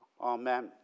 Amen